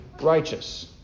righteous